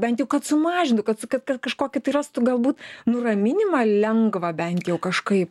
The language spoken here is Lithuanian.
bent jau kad sumažintų kad kad kad kažkokį tai rastų galbūt nuraminimą lengvą bent jau kažkaip